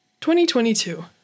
2022